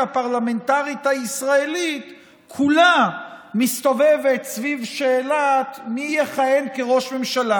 הפרלמנטרית הישראלית כולה מסתובבת סביב השאלה מי יכהן כראש ממשלה.